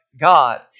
God